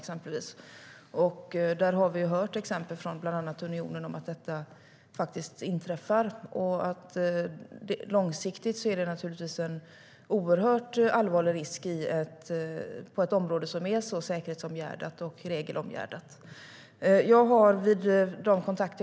Bland annat har Unionen gett exempel på att det inträffar. Långsiktigt är det naturligtvis oerhört allvarligt inom ett område som är så starkt omgärdat av säkerhetsbestämmelser och regler.